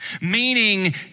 Meaning